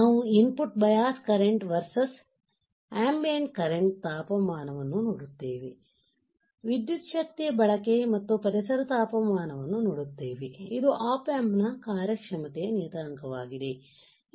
ನಾವು input bias current versus ambient current ತಾಪಮಾನವನ್ನು ನೋಡುತ್ತೇವೆ ನಾವು ವಿದ್ಯುತ್ ಶಕ್ತಿಯ ಬಳಕೆ ಮತ್ತು ಪರಿಸರದ ತಾಪಮಾನವನ್ನು ನೋಡುತ್ತೇವೆ ಇದು ಆಪ್ ಆಂಪ್ ನ ಕಾರ್ಯಕ್ಷಮತೆಯ ನಿಯತಾಂಕವಾಗಿದೆ